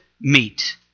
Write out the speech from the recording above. meet